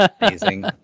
amazing